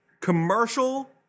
commercial